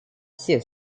все